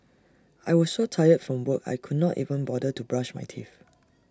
I was so tired from work I could not even bother to brush my teeth